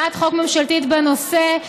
הצעת חוק ממשלתית בנושא,